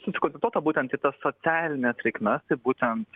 susikoncentruota būtent į tas socialines reikmes tai būtent